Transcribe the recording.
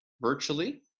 virtually